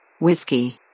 Whiskey